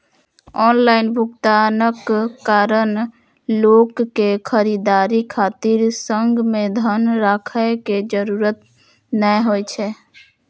online भुगतानक कारण लोक कें खरीदारी खातिर संग मे धन राखै के जरूरत नै होइ छै